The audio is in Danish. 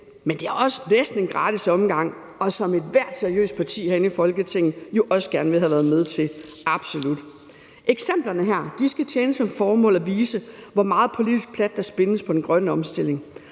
men det er også næsten en gratis omgang og noget, som ethvert seriøst parti herinde i Folketinget jo også gerne ville have været med til, absolut. Eksemplerne her skal tjene til at vise, hvor meget politisk plat der spindes på den grønne omstilling,